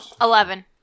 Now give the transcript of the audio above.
Eleven